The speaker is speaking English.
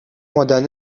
modern